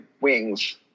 wings